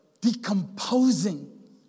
decomposing